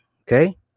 Okay